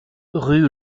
rue